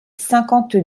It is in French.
cinquante